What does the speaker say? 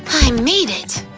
i made it.